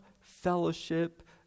fellowship